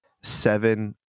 seven